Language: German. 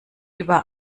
über